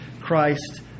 Christ